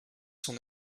son